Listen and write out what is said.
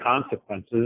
consequences